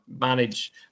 manage